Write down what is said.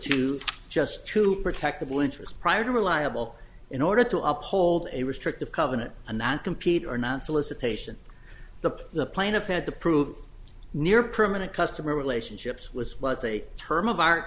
to just to protect the interests prior to reliable in order to uphold a restrictive covenant and not compete or not solicitation the plaintiff had to prove near permanent customer relationships was was a term of art